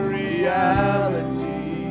reality